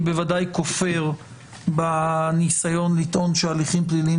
אני בוודאי כופר בניסיון לטעון שהליכים פליליים